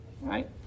Right